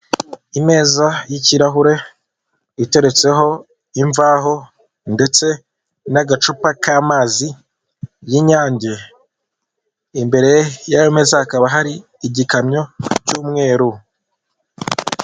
Ameza y'ikirahure iteretseho imvaho ndetse n'agacupa k'amazi y'inyange, imbere yayo meza hakaba hari igikamyo cy'umweru.